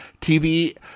TV